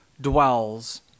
dwells